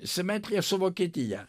simetrija su vokietija